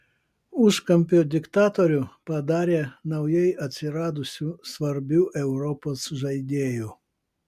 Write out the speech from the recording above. užkampio diktatorių padarė naujai atsiradusiu svarbiu europos žaidėju